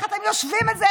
איך אתם יושבים עם זה?